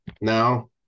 Now